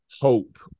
hope